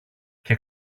και